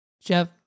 Jeff